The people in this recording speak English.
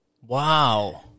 Wow